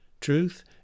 Truth